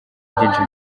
byinshi